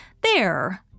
There